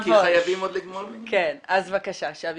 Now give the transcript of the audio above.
עוד לא